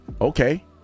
Okay